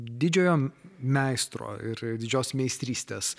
didžiojo meistro ir didžios meistrystės